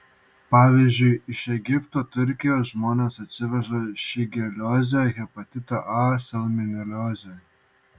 pavyzdžiui iš egipto turkijos žmonės atsiveža šigeliozę hepatitą a salmoneliozę